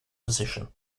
position